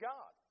God